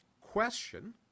Question